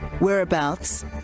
whereabouts